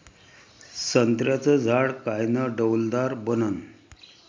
संत्र्याचं झाड कायनं डौलदार बनन?